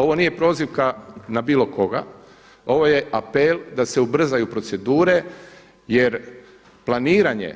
Ovo nije prozivka na bilo koga, ovo je apel da se ubrzaju procedure jer planiranje